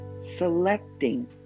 selecting